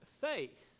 faith